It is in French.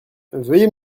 veuillez